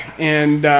and.